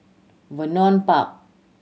Vernon Park